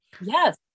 Yes